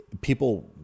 people